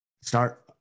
start